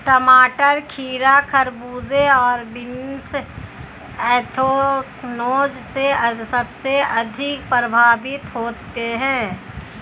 टमाटर, खीरा, खरबूजे और बीन्स एंथ्रेक्नोज से सबसे अधिक प्रभावित होते है